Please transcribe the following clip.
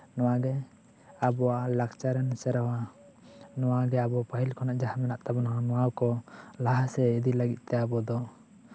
ᱱᱚᱣᱟᱜᱮ ᱟᱵᱚᱣᱟᱜ ᱞᱟᱠᱪᱟᱨᱟᱱ ᱥᱮᱨᱣᱟ ᱱᱚᱣᱟᱜᱮ ᱟᱵᱚ ᱯᱟᱹᱦᱤᱞ ᱠᱷᱚᱱᱟᱜ ᱡᱟᱦᱟᱸ ᱢᱮᱱᱟᱜ ᱛᱟᱵᱚᱱᱟ ᱱᱚᱣᱟ ᱠᱚ ᱞᱟᱦᱟ ᱥᱮᱫ ᱤᱫᱤ ᱞᱟᱹᱜᱤᱫ ᱛᱮ ᱟᱵᱚ ᱫᱚ